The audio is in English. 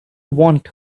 want